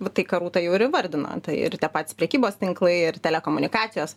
va tai ką rūta jau ir įvardino tai ir patys prekybos tinklai ir telekomunikacijos